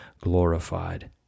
glorified